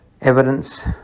Evidence